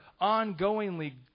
ongoingly